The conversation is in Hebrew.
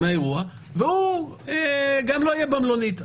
והוא גם לא יהיה במלונית.